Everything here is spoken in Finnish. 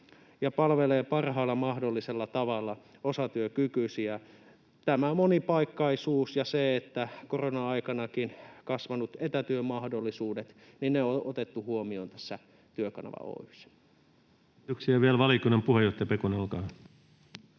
palvelee parhaalla mahdollisella tavalla osatyökykyisiä. Tämä monipaikkaisuus ja korona-aikanakin kasvaneet etätyömahdollisuudet on otettu huomioon tässä Työkanava Oy:ssä.